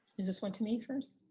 is this one to me first?